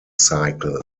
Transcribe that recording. cycle